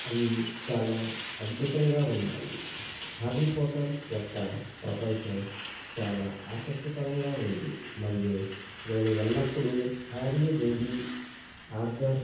అవి చాలా అద్భుతంగా ఉన్నాయి హ్యారి పోటర్ యొక్క ప్రపంచం చాలా ఆసక్తికరంగా ఉంది మరియు నేను ఎల్లప్పుడు హ్యారీ రూబీ హార్ధర్